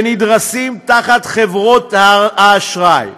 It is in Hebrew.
שנדרסים תחת חברות האשראי.